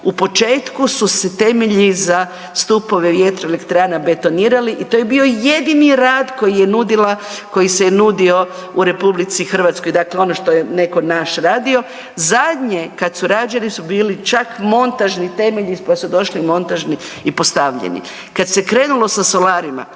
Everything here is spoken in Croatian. u početku su se temelji za stupove vjetroelektrana betonirali i to je bio jedini rad koji se je nudio u RH, dakle ono što je neko naš radio. Zadnje kad su rađeni su bili čak montažni temelji, pa su došli montažni i postavljeni. Kad se krenulo sa solarima